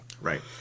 Right